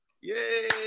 Yay